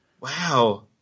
Wow